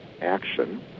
action